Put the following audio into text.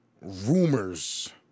rumors